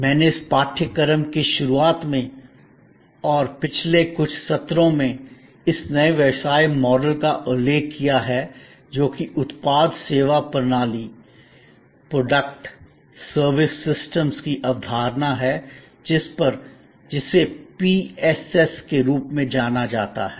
मैंने इस पाठ्यक्रम के शुरुआत में और पिछले कुछ सत्रों में इस नए व्यवसाय मॉडल का उल्लेख किया है जो कि उत्पाद सेवा प्रणालियों की अवधारणा है जिसे PSS के रूप में जाना जाता है